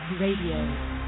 Radio